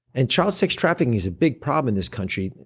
and child sex trafficking is a big problem in this country.